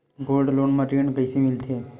Gold loan म ऋण कइसे मिलथे?